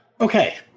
Okay